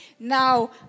Now